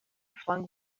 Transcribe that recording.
flung